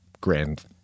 grand